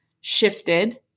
shifted